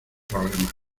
problemas